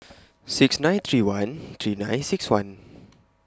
six nine three one three nine six one